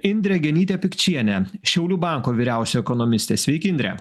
indrė genytė pikčienė šiaulių banko vyriausioji ekonomistė sveika indre